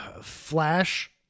flash